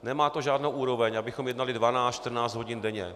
Nemá to žádnou úroveň, abychom jednali 12 až 14 hodin denně.